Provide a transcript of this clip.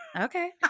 Okay